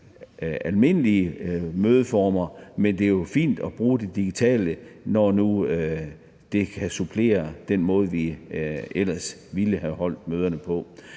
almindelige mødeformer, men det er jo fint at bruge det digitale, når nu det kan fungere i stedet for den måde, vi ellers ville have holdt møderne på.